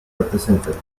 representatives